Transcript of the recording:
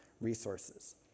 resources